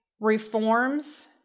reforms